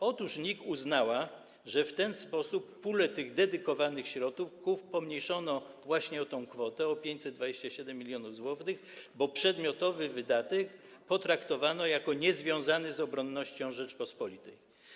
Otóż NIK uznała, że w ten sposób pulę dedykowanych środków pomniejszono właśnie o tę kwotę, tj. o 527 mln zł, bo przedmiotowy wydatek potraktowano jako niezwiązany z obronnością Rzeczypospolitej.